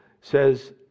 says